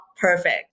perfect